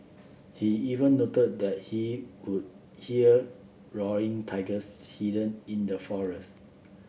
he even noted that he could hear roaring tigers hidden in the forest